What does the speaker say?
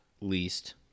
least –